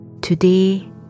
Today